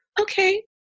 okay